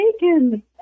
bacon